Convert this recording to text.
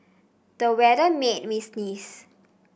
the weather made me sneeze